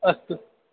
अस्तु